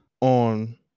on